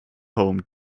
home